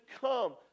come